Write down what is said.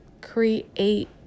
Create